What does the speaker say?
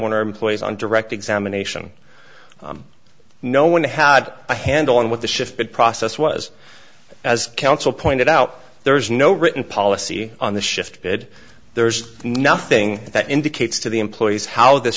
warner employees on direct examination no one had a handle on what the shifted process was as counsel pointed out there's no written policy on the shifted there's nothing that indicates to the employees how this